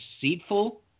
Deceitful